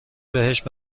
بهشت